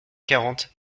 quarante